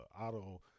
auto